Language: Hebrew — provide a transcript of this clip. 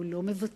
הוא לא מוותר.